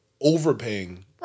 overpaying